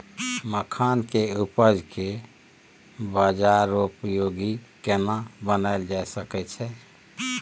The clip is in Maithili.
मखान के उपज के बाजारोपयोगी केना बनायल जा सकै छै?